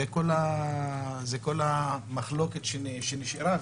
זה כל המחלוקת שנשארה,